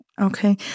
Okay